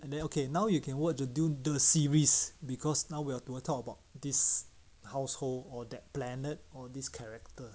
and then okay now you can watch dune do the series because now we're we'll talk about this household or that planet or this character